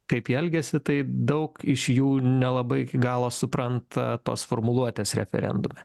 kaip jie elgiasi tai daug iš jų nelabai iki galo supranta tos formuluotės referendume